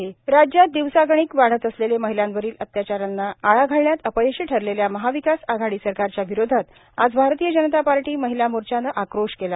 महिला मोर्चा राज्यात दिवसागणिक वाढत असलेले महिलांवरील अत्याचारांना आळा घालण्यात अपयशी ठरलेल्या महाविकास आघाडी सरकारच्या विरोधात आज भारतीय जनता पार्टी महिला मोर्चाने आक्रोश केला